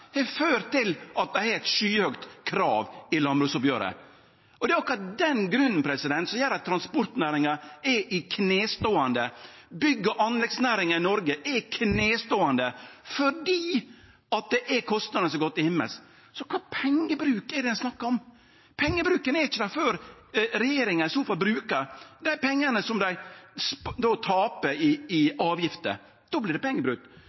Det er grunnen til at transportnæringa og bygg- og anleggsnæringa i Noreg er i kneståande – kostnadane har gått til himmels. Kva for ein pengebruk er det ein snakkar om? Pengebruken skjer ikkje før regjeringa brukar dei pengane som dei taper i avgifter. Då vert det